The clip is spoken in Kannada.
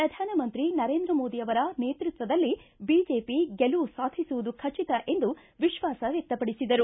ಪ್ರಧಾನಮಂತ್ರಿ ನರೇಂದ್ರ ಮೋದಿ ಅವರ ನೇತೃತ್ವದಲ್ಲಿ ಬಿಜೆಪಿ ಗೆಲುವು ಸಾಧಿಸುವುದು ಖಚಿತ ಎಂದು ವಿಶ್ವಾಸ ವ್ಯಕ್ತಪಡಿಸಿದರು